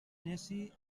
neci